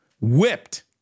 Whipped